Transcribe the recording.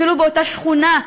אפילו באותה שכונה,